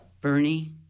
bernie